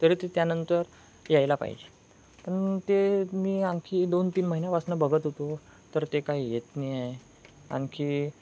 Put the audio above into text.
तरी ते त्यानंतर यायला पाहिजे पण ते मी आणखी दोन तीन महिन्यापासनं बघत होतो तर ते काय येत नाही आहे आणखी